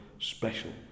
special